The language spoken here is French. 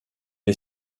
est